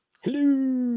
Hello